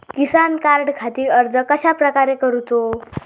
किसान कार्डखाती अर्ज कश्याप्रकारे करूचो?